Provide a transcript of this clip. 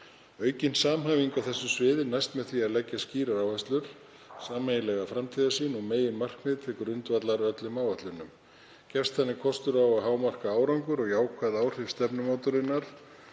Aukin samhæfing á þessu sviði næst með því að leggja skýrar áherslur, sameiginlega framtíðarsýn og meginmarkmið til grundvallar öllum áætlunum. Gefst þannig kostur á að hámarka árangur og jákvæð áhrif stefnumótunarinnar